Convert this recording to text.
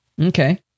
Okay